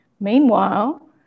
Meanwhile